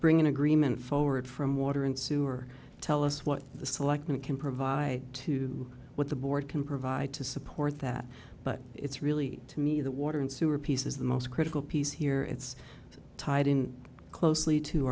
bring in agreement forward from water and sewer tell us what the selectmen can provide to what the board can provide to support that but it's really to me the water and sewer piece is the most critical piece here it's tied in closely to